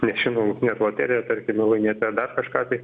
nežinau net loteriją tarkime laimėti ar dar kažką tai